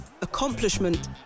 accomplishment